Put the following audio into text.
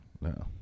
No